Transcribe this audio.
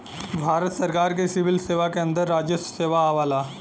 भारत सरकार के सिविल सेवा के अंदर राजस्व सेवा आवला